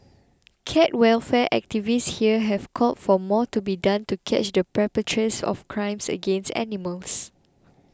cat welfare activists here have called for more to be done to catch the perpetrates of crimes against animals